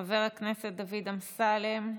חבר הכנסת דוד אמסלם,